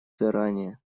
заранее